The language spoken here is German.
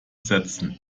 setzen